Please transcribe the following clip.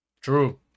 True